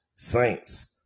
Saints